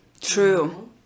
True